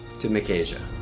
to mcasia.